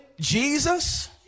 Jesus